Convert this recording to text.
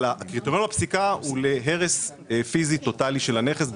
אבל הקריטריון בפסיקה הוא להרס פיזי טוטאלי של הנכס,